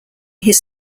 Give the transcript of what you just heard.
his